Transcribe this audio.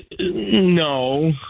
no